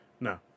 no